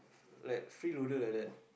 like freeloader like that